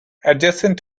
adjacent